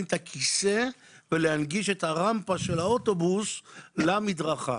את הכיסא ולהנגיש את הרמפה של האוטובוס למדרכה.